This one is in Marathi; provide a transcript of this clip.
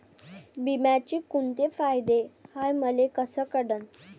बिम्याचे कुंते फायदे हाय मले कस कळन?